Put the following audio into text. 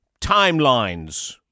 timelines